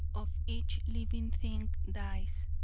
of each living thing dies,